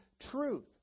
truth